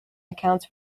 accounts